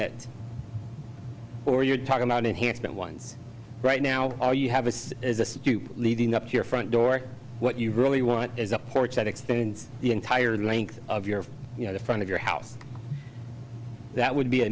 that or you're talking about enhancement ones right now all you have is leading up to your front door what you really want is a porch that extends the entire length of your you know the front of your house that would be a